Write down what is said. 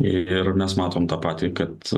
ir mes matom tą patį kad